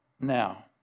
now